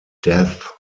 death